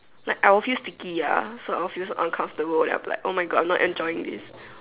like I will feel sticky ah so I will feel uncomfortable then I'll be like oh my God I'm not enjoying this